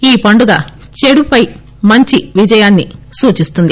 ఈ పండుగ చేడుపై మంచి విజయాన్ని సూచిస్తుంది